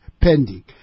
pending